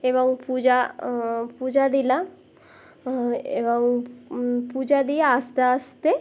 এবং পূজা পূজা দিলাম এবং পূজা দিয়ে আস্তে আস্তে